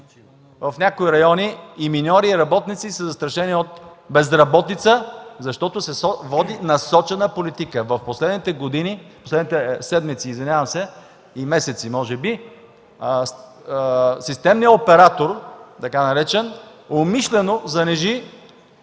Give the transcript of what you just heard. в някои райони и миньори, и работници са застрашени от безработица, защото се води насочена политика. В последните седмици и месеци, може би, системният оператор, така наречен, умишлено занижи